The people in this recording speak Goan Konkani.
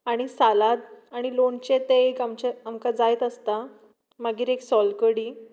आनी सालाद आनी लोणचें तें एक आमचें आमकां जायच आसता मागीर एक सोलकडी